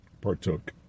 Partook